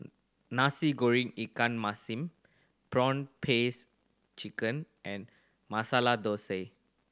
Nasi Goreng ikan masin prawn paste chicken and Masala Thosai